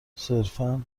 صرفا